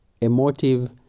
emotive